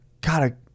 God